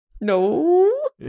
No